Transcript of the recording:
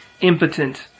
impotent